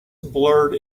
blurred